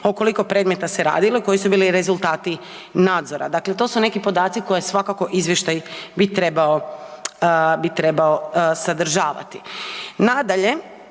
o koliko predmeta se radilo i koji su bili rezultati nadzora? Dakle to su neki podaci koje svakako izvještaj bi trebao, bi trebao sadržavati. Nadalje,